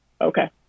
Okay